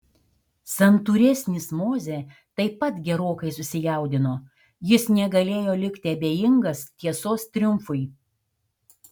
santūresnis mozė taip pat gerokai susijaudino jis negalėjo likti abejingas tiesos triumfui